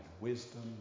wisdom